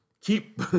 Keep